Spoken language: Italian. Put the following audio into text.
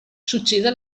succeda